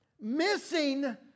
missing